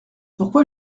pourquoi